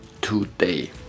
today